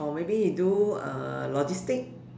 or maybe you do uh logistic